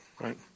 right